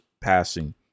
passing